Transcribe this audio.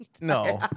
no